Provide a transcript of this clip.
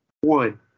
one